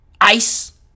ICE